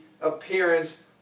appearance